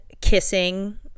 kissing